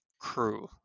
crew